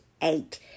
eight